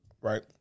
right